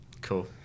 Cool